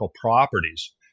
properties